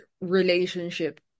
relationship